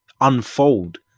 unfold